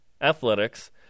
athletics